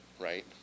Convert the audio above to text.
right